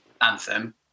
anthem